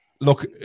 Look